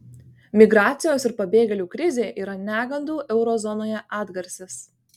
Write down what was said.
migracijos ir pabėgėlių krizė yra negandų euro zonoje atgarsis